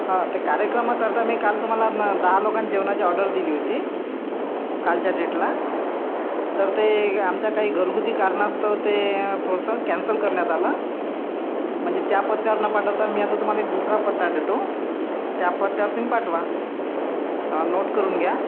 हां ते कार्यक्रमाकरता मी काल तुम्हाला न दहा लोकां जेवणाची ऑर्डर दिली होती कालच्या डेटला तर ते आमच्या काही घरगुती कारणास्तव ते थोडंसं कॅन्सल करण्यात आलं म्हणजे त्या पत्त्यावर न पाठवता मी आता तुम्हाला एक दुसरा पत्ता देतो त्या पत्त्यावर तुम्ही पाठवा नोट करून घ्या